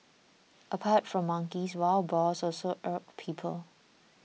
apart from monkeys wild boars also irk people